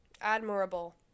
Admirable